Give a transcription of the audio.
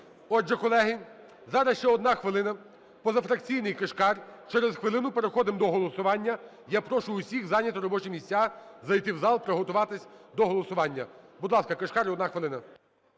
Отже, колеги, зараз ще одна хвилина – позафракційний Кишкар, через хвилину переходимо до голосування. Я прошу усіх зайняти робочі місця, зайти в зал, приготуватися до голосування. Будь ласка, Кишкар одна хвилина.